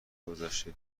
گذشته